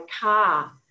car